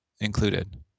included